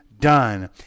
done